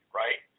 right